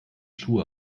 schuhe